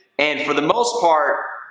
and for the most part.